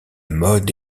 mode